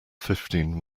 fifteen